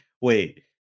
Wait